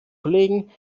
kollegen